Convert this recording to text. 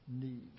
need